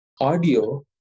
audio